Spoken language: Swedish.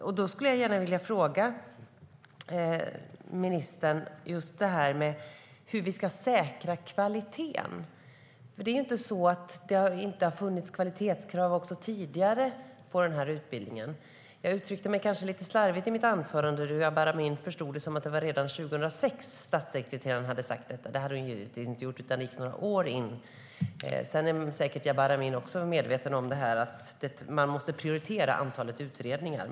Jag skulle gärna vilja fråga ministern hur vi ska säkra kvaliteten. Det är inte så att det inte har funnits kvalitetskrav på utbildningen tidigare. Jag uttryckte mig kanske lite slarvigt i mitt anförande. Jabar Amin förstod det som att det redan var 2006 som statssekreteraren hade sagt detta. Det hade hon inte gjort, utan det var några år innan. Sedan är Jabar Amin säkert medveten om att man måste prioritera antalet utredningar.